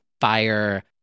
fire